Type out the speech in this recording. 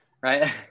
right